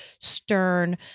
stern